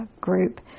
group